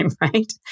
right